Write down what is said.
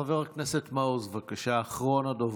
חבר הכנסת מעוז, בבקשה, אחרון הדוברים.